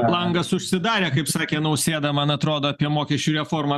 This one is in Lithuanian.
langas užsidarė kaip sakė nausėda man atrodo apie mokesčių reformą